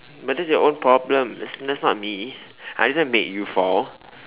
but that's your own problem that's that's not me I didn't make you fall